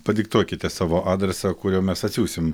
padiktuokite savo adresą kuriuo mes atsiųsim